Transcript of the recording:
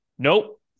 Nope